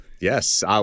Yes